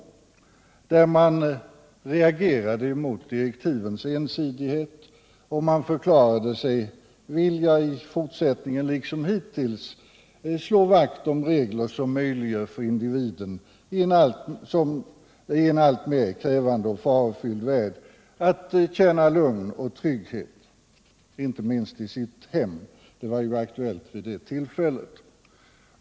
Motionärerna reagerade mot direktivens ensidighet och förklarade sig vilja i fortsättningen liksom hittills slå vakt om regler som möjliggör för individen i en alltmer krävande och farofylld värld att känna lugn och trygghet, inte minst i sitt hem — det var ju aktuellt vid det tillfället.